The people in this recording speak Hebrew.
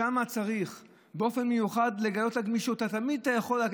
שם צריך לגלות גמישות באופן מיוחד.